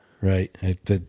Right